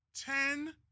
ten